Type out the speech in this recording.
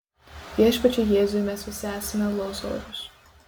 viešpačiui jėzui mes visi esame lozorius